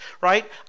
right